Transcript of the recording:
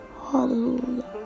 Hallelujah